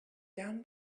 down